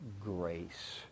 grace